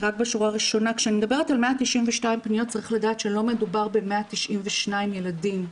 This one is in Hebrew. כשאני מדברת על 192 פניות צריך לדעת שלא מדובר ב-192 ילדים.